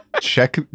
check